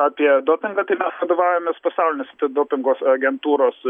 apie dopingą tai mes vadovaujamės pasaulinės antidopingo agentūros